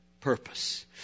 purpose